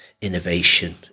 innovation